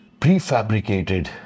prefabricated